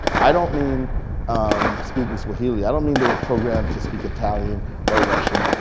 i don't mean speaking swahili, i don't mean they were programmed to speak italian or russian.